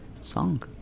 song